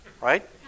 Right